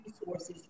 resources